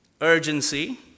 urgency